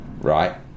right